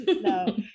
no